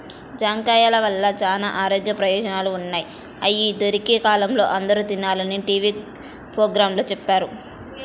జాంకాయల వల్ల చానా ఆరోగ్య ప్రయోజనాలు ఉన్నయ్, అయ్యి దొరికే కాలంలో అందరూ తినాలని టీవీ పోగ్రాంలో చెప్పారు